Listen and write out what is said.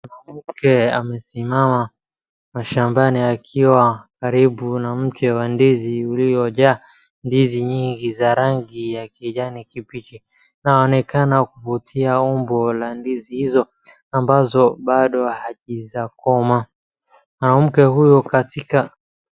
Mwanamke amesimama mashambani akiwa karibu na mche wa ndizi uliojaa ndizi nyingi ya rangi ya kijani kibichi. Anaonekana kuvutia umbo la ndizi hizo, ambazo bado hazijakomaa. Mwanamke huyu katika...